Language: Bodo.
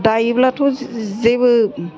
दायोब्लाथ' जेबो